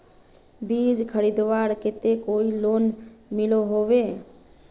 बीज खरीदवार केते कोई लोन मिलोहो होबे?